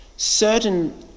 ...certain